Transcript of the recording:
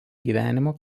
gyvenimo